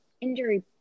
injury